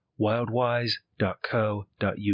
wildwise.co.uk